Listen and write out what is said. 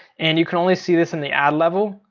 and you can only see this in the ad level,